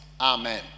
Amen